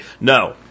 No